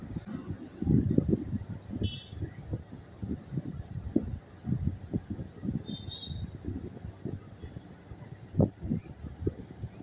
আঁখ থেকে অনেক রকমের জিনিস পাওয়া যায় যেমন চিনি, সিরাপ, ইত্যাদি